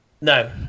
No